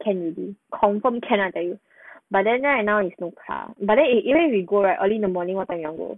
can already confirm can I tell you but then right now is no car but then even we go right early in the morning what time you want go